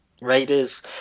Raiders